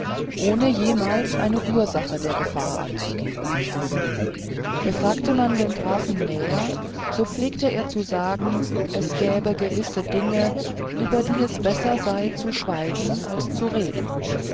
ohne jemals eine ursache der gefahr anzugeben befragte man den grafen näher so pflegte er zu sagen es gäbe gewisse dinge über die es besser sei zu schweigen als zu reden